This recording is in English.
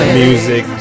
music